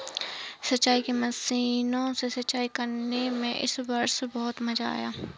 सिंचाई की मशीनों से सिंचाई करने में इस वर्ष बहुत मजा आया